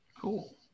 Cool